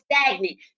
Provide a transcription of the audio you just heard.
stagnant